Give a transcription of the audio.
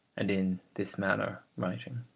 and in this manner writing.